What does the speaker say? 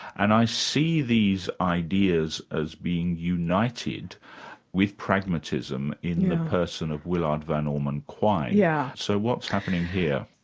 and i see these ideas as being united with pragmatism in the person of willard van orman quine. yeah so what's happening here?